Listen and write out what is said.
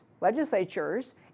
legislatures